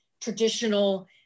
traditional